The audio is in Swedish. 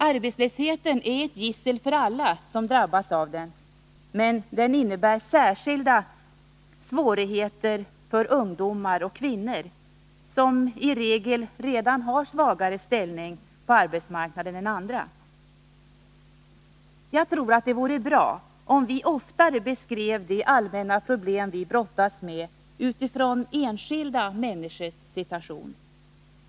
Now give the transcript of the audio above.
Arbetslösheten är ett gissel för alla som drabbas av den, men den innebär särskilda svårigheter för ungdomar och kvinnor, som i regel har en svagare ställning på arbetsmarknaden än andra. Jag tror det vore bra om vi oftare beskrev de allmänna problem vi brottas med utifrån enskilda människors situation.